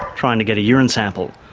trying to get a urine sample.